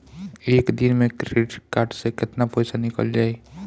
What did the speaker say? एक दिन मे क्रेडिट कार्ड से कितना पैसा निकल जाई?